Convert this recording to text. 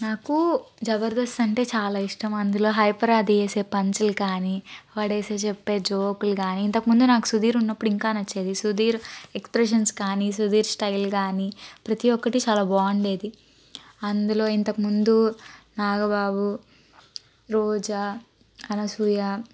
నాకు జబర్దస్త్ అంటే చాలా ఇష్టం అందులో హైపర్ ఆది వేసే పంచులు కానీ వాడేసే చెప్పే జోకులు కానీ ఇంతకుముందు నాకు సుధీర్ ఉన్నపుడు ఇంకా నచ్చేది సుధీర్ ఎక్సప్రెషన్స్ కానీ సుధీర్ స్టైల్ కానీ ప్రతిఒక్కటి చాలా బాగుండేది అందులో ఇంతక ముందు నాగబాబు రోజా అనసూయ